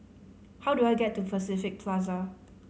how do I get to Pacific Plaza